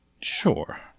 Sure